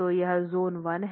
तो यह ज़ोन 1 है